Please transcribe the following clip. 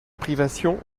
privation